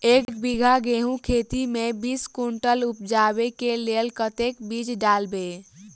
एक बीघा गेंहूँ खेती मे बीस कुनटल उपजाबै केँ लेल कतेक बीज डालबै?